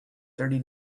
thirty